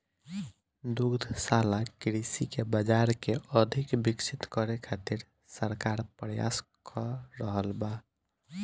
दुग्धशाला कृषि के बाजार के अधिक विकसित करे खातिर सरकार प्रयास क रहल बा